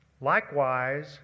Likewise